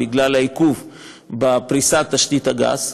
בגלל העיכוב בפריסת תשתית הגז.